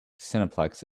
cineplex